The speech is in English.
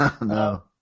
No